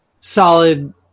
solid